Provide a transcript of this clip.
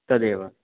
तदेव